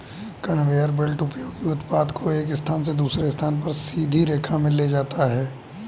conveyor belt उपयोगी उत्पाद को एक स्थान से दूसरे स्थान पर सीधी रेखा में ले जाता है